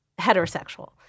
heterosexual